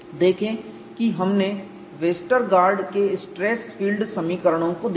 देखें कि हमने वेस्टरगार्ड के स्ट्रेस फील्ड समीकरणों को देखा है